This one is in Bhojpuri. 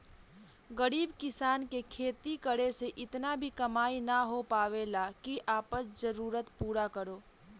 गरीब किसान के खेती करे से इतना भी कमाई ना हो पावेला की आपन जरूरत पूरा करो